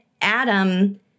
Adam